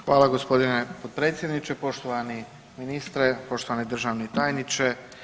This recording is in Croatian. Hvala g. potpredsjedniče, poštovani ministre, poštovani državni tajniče.